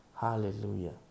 Hallelujah